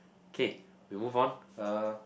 okay we move on uh